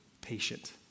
Patient